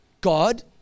God